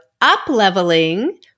up-leveling